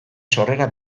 sorrera